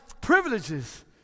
privileges